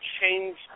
change